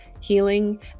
healing